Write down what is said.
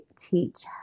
teach